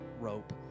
rope